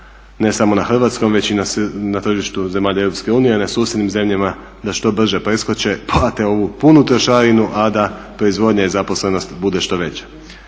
ne samo na hrvatskom već i na tržištu zemalja Europske unije, na susjednim zemljama, da što brže preskoče, … ovu punu trošarinu, a da proizvodnja i zaposlenost bude što veća.